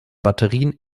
batterien